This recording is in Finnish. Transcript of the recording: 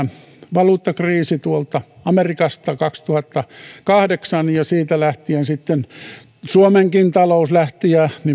valuuttakriisi tuolta amerikasta kaksituhattakahdeksan ja siitä lähtien sitten suomenkin talous lähti ja